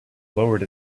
lowered